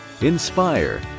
inspire